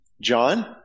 John